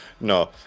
no